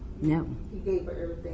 No